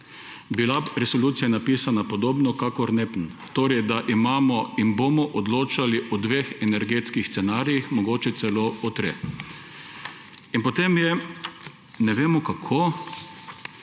bila resolucija napisana podobno kot NEPN; torej, da bomo odločali o dveh energetskih scenarijih, mogoče celo o treh. In potem je – ne vemo, kako